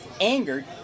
Angered